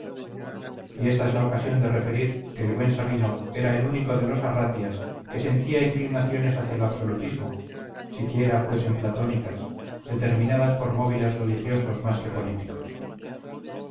y esta es la ocasión de referir que el buen sabino era el único de los arratias que sentía inclinaciones hacia el absolutismo siquiera fuesen platónicas determinadas por móviles religiosos más que políticos